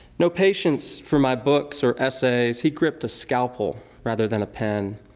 no patience for my books or essays, he gripped a scalpel rather than a pen.